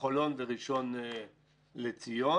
חולון וראשון לציון.